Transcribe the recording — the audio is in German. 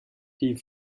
die